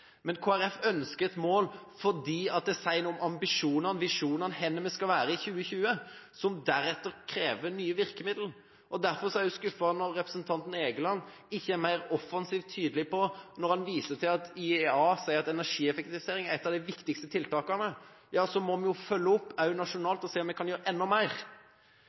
Men Kristelig Folkeparti ønsker et mål fordi det sier noe om ambisjonene, om visjonene og om hvor vi skal være i 2020, som deretter krever nye virkemidler. Derfor er jeg også skuffet når representanten Egeland ikke er mer offensivt tydelig på, når han viser til at IEA sier at energieffektivisering er et av de viktigste tiltakene, at vi må følge opp, også nasjonalt, og se om vi kan gjøre enda mer.